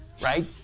Right